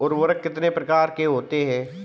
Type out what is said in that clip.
उर्वरक कितने प्रकार के होते हैं?